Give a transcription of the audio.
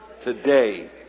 today